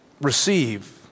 receive